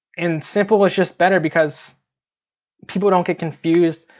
and simple is just better, because people don't get confused.